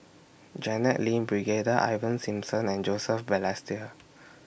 Janet Lim Brigadier Ivan Simson and Joseph Balestier